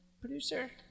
producer